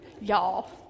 Y'all